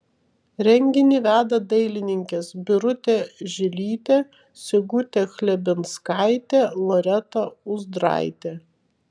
renginį veda dailininkės birutė žilytė sigutė chlebinskaitė loreta uzdraitė